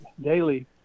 daily